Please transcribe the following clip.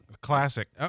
Classic